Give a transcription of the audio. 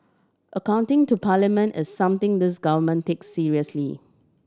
accounting to parliament is something this government take seriously